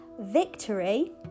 victory